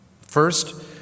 First